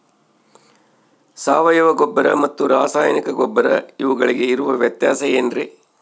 ಸಾವಯವ ಗೊಬ್ಬರ ಮತ್ತು ರಾಸಾಯನಿಕ ಗೊಬ್ಬರ ಇವುಗಳಿಗೆ ಇರುವ ವ್ಯತ್ಯಾಸ ಏನ್ರಿ?